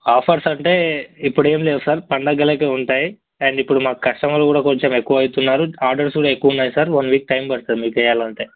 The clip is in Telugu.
ఆఫర్స్ అంటే ఇప్పుడేం లేవు సార్ పండుగలకి ఉంటాయి అండ్ ఇప్పుడు మాకు కస్టమర్లు కూడా కొంచెం ఎక్కువవుతున్నారు ఆర్డర్స్ కూడా ఎక్కువున్నాయి సార్ వన్ వీక్ టైమ్ పడుతుంది మీకు వెయ్యాలంటే